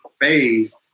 phase